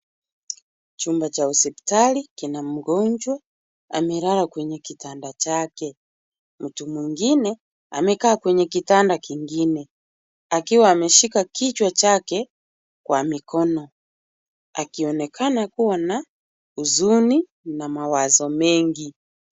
Chumba cha osiptali, kina mgonjwa, amelala kwenye kitanda chake, mtu mwingine, amekaa kwenye kitanda kiingine, akiwa ameshika kichwa chake, kwa mikono, akionekana kuwa na, huzuni, na mawazo mengi.